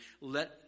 Let